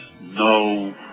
no